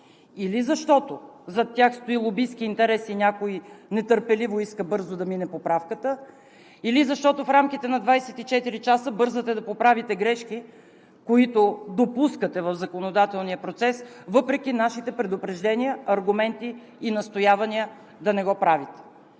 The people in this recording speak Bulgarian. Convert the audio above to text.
или защото зад тях стои лобистки интерес и някой нетърпеливо иска бързо да мине поправката, или защото в рамките на 24 часа бързате да поправите грешки, които допускате в законодателния процес, въпреки нашите предупреждения, аргументи и настоявания да не го правите.